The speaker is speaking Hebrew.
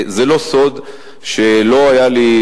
זה לא סוד שלא היה לי,